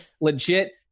legit –